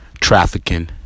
Trafficking